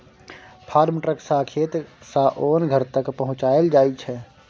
farm truck सँ खेत सँ ओन घर तक पहुँचाएल जाइ छै